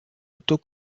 auto